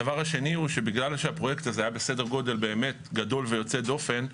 הדבר השני הוא שבגלל שהפרויקט הזה היה בסדר גודל באמת גדול ויוצא דופן,